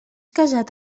casat